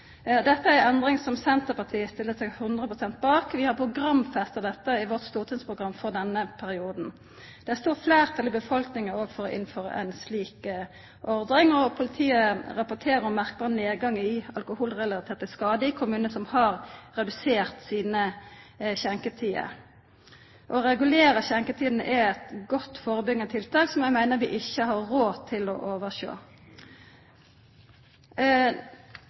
Dette er ei endring som Senterpartiet stiller seg 100 pst. bak. Vi har programfesta dette i vårt stortingsprogram for denne perioden. Det er òg eit stort fleirtal i befolkninga for å innføra ei slik ordning, og politiet rapporterer om merkbar nedgang i alkoholrelaterte skadar i kommunar som har redusert sine skjenketider. Å regulera skjenketidene er eit godt førebyggjande tiltak som eg meiner vi ikkje har råd til å oversjå.